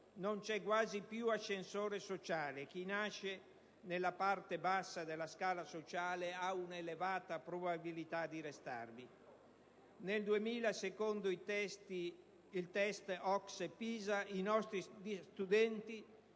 non c'è quasi più ascensore sociale; chi nasce nella parte bassa della scala sociale ha una elevata probabilità di restarvi. Nel 2000, secondo il test OCSE-PISA i nostri studenti